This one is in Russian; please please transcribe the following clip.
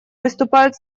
выступают